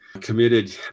committed